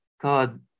God